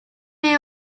may